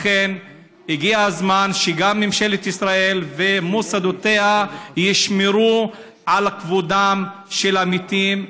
לכן הגיע הזמן שגם ממשלת ישראל ומוסדותיה ישמרו על כבודם של המתים,